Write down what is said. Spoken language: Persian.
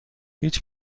هیچ